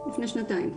לפני שנתיים.